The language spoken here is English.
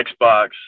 Xbox